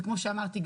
וכפי שאמרתי,